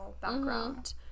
background